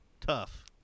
Tough